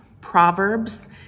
Proverbs